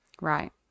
Right